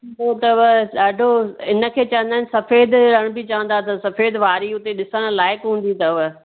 उहो अथव ॾाढो हिनखे चवंदा आहिनि सफ़ेद रण बि चवंदा अथव सफ़ेद वारी हुते ॾिसणु लाइक़ु हूंदी